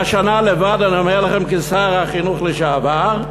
והשנה לבד אני אומר לכם כשר החינוך לשעבר,